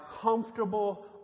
comfortable